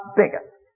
biggest